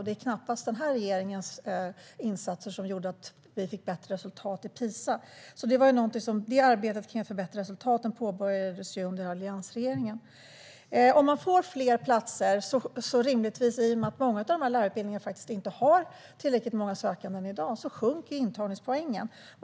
Det är knappast den här regeringens insatser som har gjort att vi fick ett bättre resultat i PISA-undersökningen; arbetet med att förbättra resultaten påbörjades ju under alliansregeringen. Om man får fler platser sjunker rimligtvis intagningspoängen, i och med att många av lärarutbildningarna inte har tillräckligt sökande i dag.